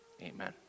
Amen